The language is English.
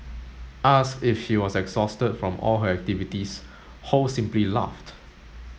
asked if she was exhausted from all her activities Ho simply laughed